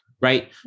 right